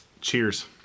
Cheers